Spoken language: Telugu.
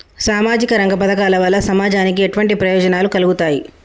సామాజిక రంగ పథకాల వల్ల సమాజానికి ఎటువంటి ప్రయోజనాలు కలుగుతాయి?